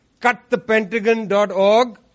Cutthepentagon.org